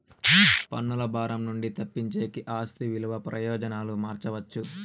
పన్నుల భారం నుండి తప్పించేకి ఆస్తి విలువ ప్రయోజనాలు మార్చవచ్చు